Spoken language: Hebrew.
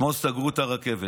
אתמול סגרו את הרכבת,